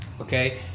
Okay